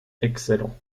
excellent